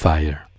Fire